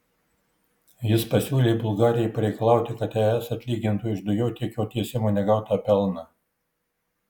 jis pasiūlė bulgarijai pareikalauti kad es atlygintų iš dujotiekio tiesimo negautą pelną